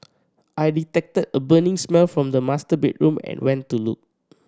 I detected a burning smell from the master bedroom and went to look